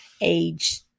age